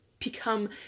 become